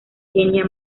kenia